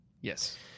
yes